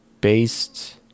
based